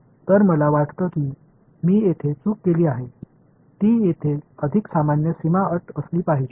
எனவே நான் இங்கே தவறு செய்தேன் என்று நினைக்கிறேன் அது இங்கே சரியான பௌண்டரி கண்டிஷன்ஸ் களாக இருக்க வேண்டும்